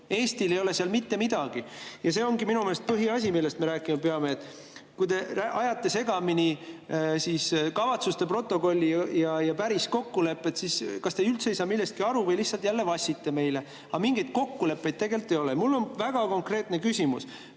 Eestil ei ole seal mitte midagi. Ja see ongi minu meelest põhiasi, millest me rääkima peame. Kui te ajate segamini kavatsuste protokolli ja päris kokkuleppe, siis te kas üldse ei saa millestki aru või lihtsalt jälle vassite meile, aga mingeid kokkuleppeid tegelikult ei ole. Mul on väga konkreetne küsimus.